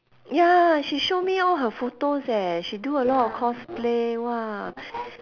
ya she show me all her photos eh she do a lot of cosplay !wah!